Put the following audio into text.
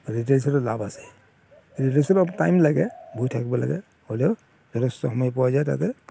আৰু ৰিটেইল ছেলত লাভ আছে ৰিটেইল ছেলত টাইম লাগে বহি থাকিব লাগে হ'লেও যথেষ্ট সময় পোৱা যায় তাতে